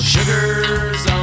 Sugar's